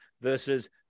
versus